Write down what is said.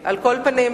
על כל פנים,